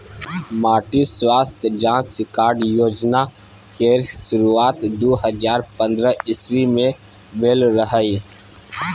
माटि स्वास्थ्य जाँच कार्ड योजना केर शुरुआत दु हजार पंद्रह इस्बी मे भेल रहय